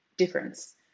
difference